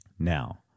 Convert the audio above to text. Now